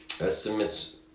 Estimates